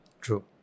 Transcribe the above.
True